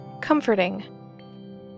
comforting